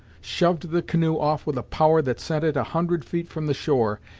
shoved the canoe off with a power that sent it a hundred feet from the shore,